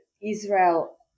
israel